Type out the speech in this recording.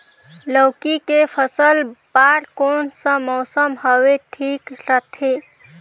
लौकी के फसल बार कोन सा मौसम हवे ठीक रथे?